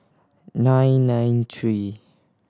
nine nine three